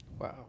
Wow